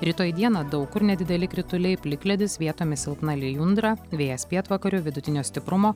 rytoj dieną daug kur nedideli krituliai plikledis vietomis silpna lijundra vėjas pietvakarių vidutinio stiprumo